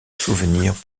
souvenir